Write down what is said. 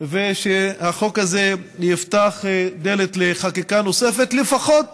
ושהחוק הזה יפתח דלת לחקיקה נוספת, לפחות